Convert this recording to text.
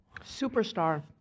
Superstar